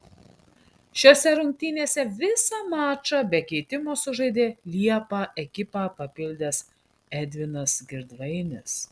šiose rungtynėse visą mačą be keitimo sužaidė liepą ekipą papildęs edvinas girdvainis